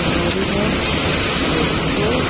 ଗରିବ ଲୋକ